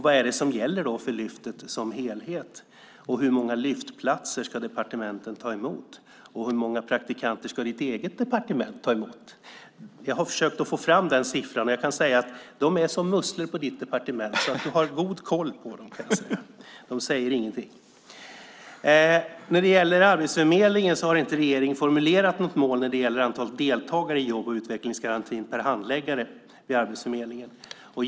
Vad gäller då för Lyftet som helhet? Hur många Lyftdeltagare ska departementen ta emot? Hur många praktikanter ska ditt eget departement ta emot? Jag har försökt få fram den senare siffran, men jag kan säga att de på ditt departement är som musslor, så du har god koll på dem. De säger ingenting. När det gäller Arbetsförmedlingen har regeringen inte formulerat något mål för antalet deltagare i jobb och utvecklingsgarantin per handläggare vid Arbetsförmedlingen.